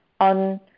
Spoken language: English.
on